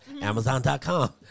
Amazon.com